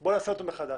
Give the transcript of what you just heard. ובוא נעשה אותו מחדש.